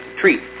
treat